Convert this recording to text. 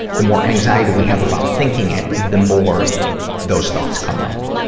the more anxiety we have about thinking it, the more those thoughts come up.